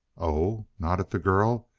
oh, nodded the girl.